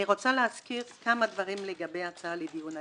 אני רוצה להזכיר כמה דברים לגבי ההצעה לדיון היום: